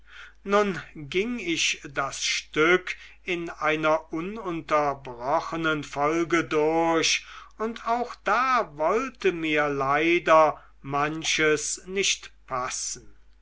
nun ging ich das stück in einer ununterbrochenen folge durch und auch da wollte mir leider manches nicht passen